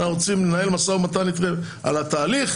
שאנחנו צריכים לנהל משא-ומתן אתכם על התהליך,